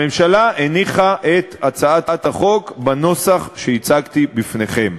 הממשלה הניחה את הצעת החוק בנוסח שהצגתי לפניכם.